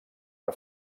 que